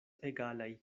egalaj